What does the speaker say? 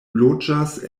loĝas